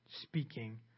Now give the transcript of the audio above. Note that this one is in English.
speaking